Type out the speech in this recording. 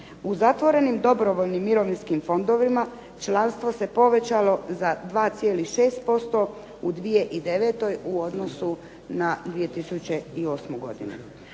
U zatvorenim dobrovoljnim mirovinskim fondovima članstvo se povećalo za 2,6% u 2009. u odnosu na 2008. godinu.